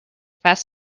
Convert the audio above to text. fast